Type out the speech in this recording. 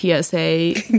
PSA